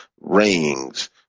rings